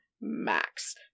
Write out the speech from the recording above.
max